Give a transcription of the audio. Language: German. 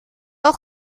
auch